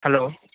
hello